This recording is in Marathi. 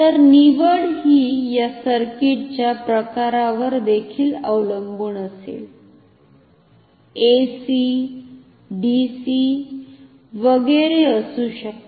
तर निवड हि या सर्किटच्या प्रकारावर देखील अवलंबून असेल एसी डीसी AC DC वैगैरे असू शकते